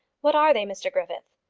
what are they, mr griffith?